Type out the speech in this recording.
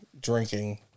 drinking